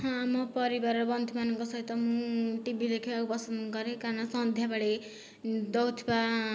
ହଁ ମୋ ପରିବାର ବନ୍ଧୁମାନଙ୍କ ସହିତ ମୁଁ ଟିଭି ଦେଖିବାକୁ ପସନ୍ଦ କରେ କାରଣ ସନ୍ଧ୍ୟାବେଳେ ଦେଉଥିବା